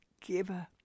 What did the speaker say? giver